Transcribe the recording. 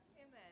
Amen